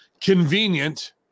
Convenient